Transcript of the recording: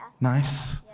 nice